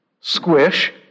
Squish